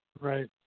Right